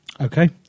Okay